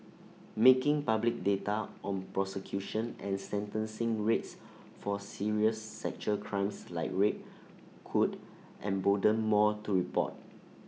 making public data on prosecution and sentencing rates for serious sexual crimes like rape could embolden more to report